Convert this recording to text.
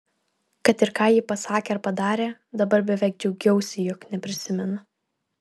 kad ir ką ji pasakė ar padarė dabar beveik džiaugiausi jog neprisimenu